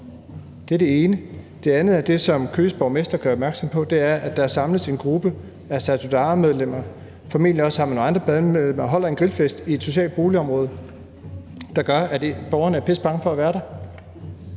sammen med nogle andre bandemedlemmer, og de holder en grillfest i et socialt boligområde, der gør, at borgerne er pissebange for at være der.